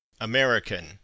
American